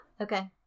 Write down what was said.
Okay